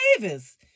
Davis